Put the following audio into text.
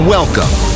Welcome